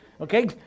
Okay